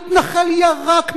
מתנחל ירק,